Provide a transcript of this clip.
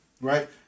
right